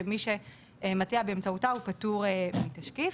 שמי שמציע באמצעותה פטור מתשקיף.